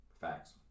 Facts